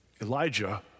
Elijah